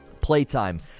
playtime